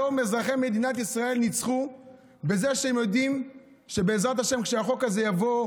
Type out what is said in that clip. היום אזרחי מדינת ישראל ניצחו בזה שהם יודעים שכשהחוק יגיע,